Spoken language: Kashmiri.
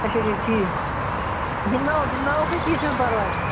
اچھا اچھا ٹھیٖک گِنٛدناوو گِنٛدناووکھَے کینٛہہ چھُ نہٕ پَرواے